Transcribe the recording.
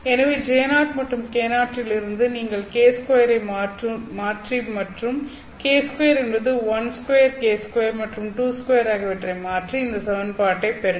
எனவே J0 மற்றும் K0 இலிருந்து நீங்கள் K2 ஐ மாற்றி மற்றும் K2 என்பது 12 K2 மற்றும் 22 ஆகியவற்றை மாற்றி இந்த சமன்பாட்டை பெறுங்கள்